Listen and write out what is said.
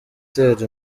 itera